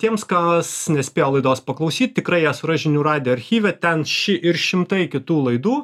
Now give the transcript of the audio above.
tiems kas nespėjo laidos paklausyt tikrai ją suras žinių radijo archyve ten ši ir šimtai kitų laidų